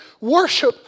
Worship